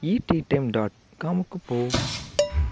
இடி time dot காமுக்குப் போ